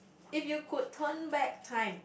if you could turn back time